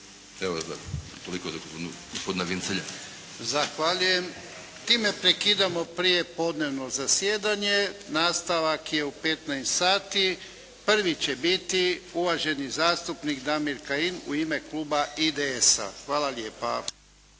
Vincelj. **Jarnjak, Ivan (HDZ)** Zahvaljujem. Time ukidamo prijepodnevno zasjedanje. Nastavak je u 15 sati. Prvi će biti uvaženi zastupnik Damir Kajin, u ime kluba IDS-a. Hvala lijepa.